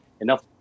enough